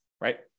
right